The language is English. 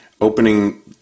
opening